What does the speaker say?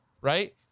right